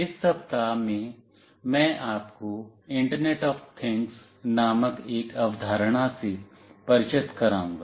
इस सप्ताह में मैं आपको इंटरनेट ऑफ थिंग्स नामक एक अवधारणा से परिचित कराऊंगा